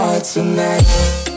tonight